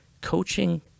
Coaching